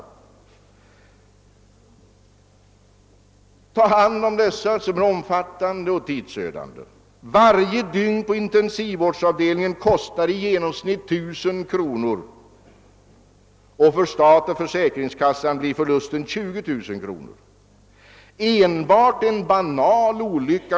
Det är en mycket omfattande och tidsödande apparat som behövs för att ta hand om trafikskadade människor. Varje dygn på en intensivvårdavdelning kostar i genomsnitt 1000 kronor. För stat och försäkringskassa blir den genomsnittliga förlusten 20 000 kronor.